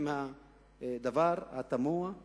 ובכל זאת ממשיכים עם הדבר התמוה הזה.